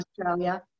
Australia